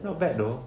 not bad though